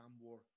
War